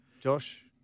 Josh